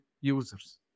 users